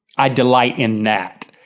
i delight in that.